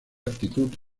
actitud